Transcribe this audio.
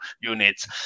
units